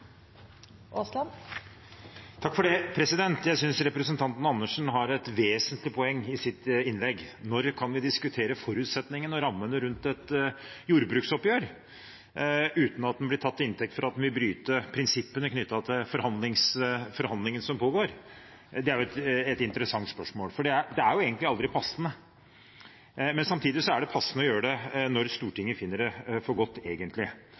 Jeg synes representanten Andersen har et vesentlig poeng i sitt innlegg. Når kan vi diskutere forutsetningene og rammene rundt et jordbruksoppgjør uten at en blir tatt til inntekt for at en vil bryte prinsippene knyttet til forhandlingene som pågår? Det er et interessant spørsmål. For det er jo egentlig aldri passende, men samtidig er det egentlig passende å gjøre det når Stortinget finner det for godt.